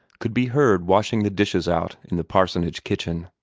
could be heard washing the dishes out in the parsonage kitchen.